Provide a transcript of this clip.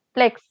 Flex